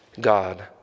God